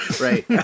Right